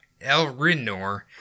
Elrinor